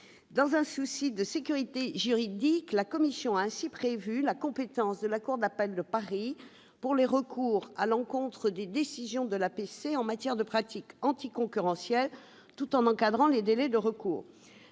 dans un souci de sécurité juridique, la commission a prévu la compétence de la cour d'appel de Paris pour les recours à l'encontre des décisions de l'APC en matière de pratiques anticoncurrentielles tout en encadrant les délais de recours.